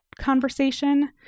conversation